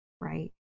right